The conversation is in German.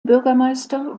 bürgermeister